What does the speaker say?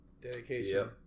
dedication